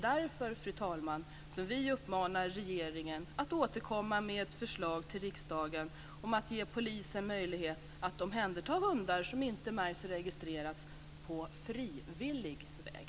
Därför, fru talman, uppmanar vi regeringen att återkomma till riksdagen med ett förslag om att ge polisen möjlighet att omhänderta hundar som inte märkts och registrerats på frivillig väg.